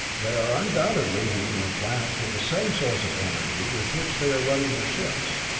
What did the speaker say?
they are undoubtedly heating their planets with the same source of energy with which they are running their ships.